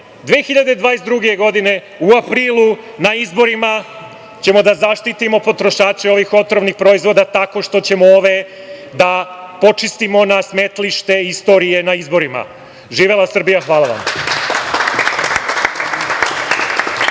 2022. godine, u aprilu, na izborima ćemo da zaštitimo proizvođače ovih otrovnih proizvoda tako što ćemo ove da počistimo na smetlište istorije na izborima. Živela Srbija! Hvala vam.